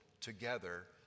together